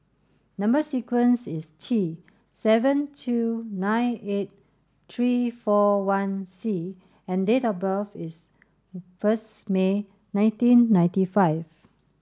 number sequence is T seven two nine eight three four one C and date of birth is first May nineteen ninety five